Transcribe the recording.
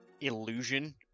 illusion